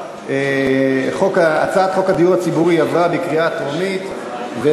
בבקשה, אדוני חבר הכנסת מרדכי יוגב, שאילתה